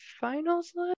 finals